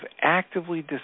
actively